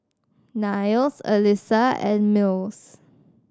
Niles Elissa and Mills